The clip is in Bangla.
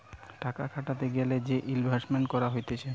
টাকা খাটাতে গ্যালে যে ইনভেস্টমেন্ট করা হতিছে